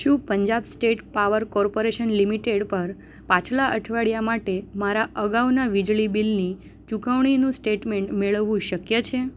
શું Punjab state power corporation limited પર પાછલા અઠવાડિયા માટે મારા અગાઉનાં વીજળી બિલની ચૂકવણીનું સ્ટેટમેન્ટ મેળવવું શક્ય છે